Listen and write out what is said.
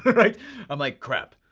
i'm like, crap.